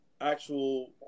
actual